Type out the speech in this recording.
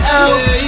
else